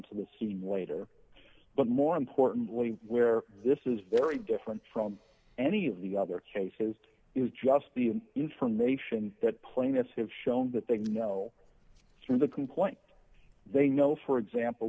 to the scene waiter but more importantly where this is very different from any of the other cases is just the information that plane that's have shown that they know through the complaint they know for example